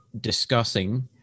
discussing